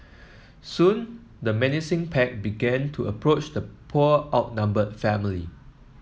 soon the menacing pack began to approach the poor outnumbered family